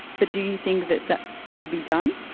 but do you think that that should be done?